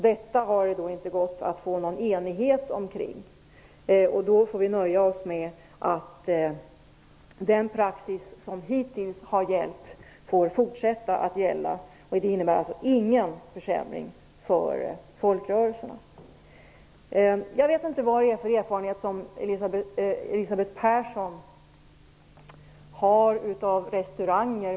Det har inte gått att få någon enighet kring det förslaget. Därför får vi nöja oss med att den praxis som hittills har gällt fortsätter att gälla. Det innebär, som sagt, ingen försämring för folkrörelserna. Jag vet inte vilken erfarenhet Elisabeth Persson har av restauranger.